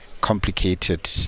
complicated